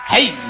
Hey